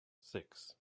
six